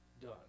done